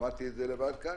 למדתי את זה לבד כאן,